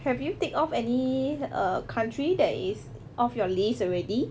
have you take off any err country that is off your list already